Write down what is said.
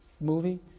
movie